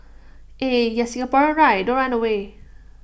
eh yeah Singaporean right don't run away